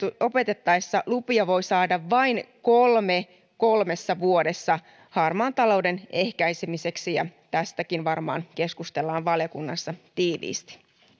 opetettaessa lupia voi saada vain kolme kolmessa vuodessa harmaan talouden ehkäisemiseksi ja tästäkin varmaan keskustellaan valiokunnassa tiiviisti